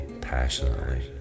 passionately